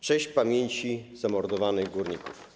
Cześć pamięci zamordowanych górników!